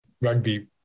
rugby